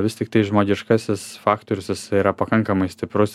vis tiktai žmogiškasis faktorius jisai yra pakankamai stiprus